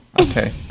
okay